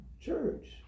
church